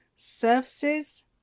services